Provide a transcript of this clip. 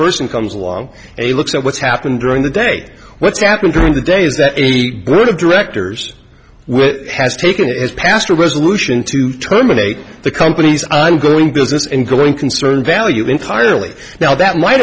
person comes along and he looks at what's happened during the day what's happened during the day is that any good directors will has taken it has passed a resolution to terminate the companies i'm going to business in going concern value entirely now that might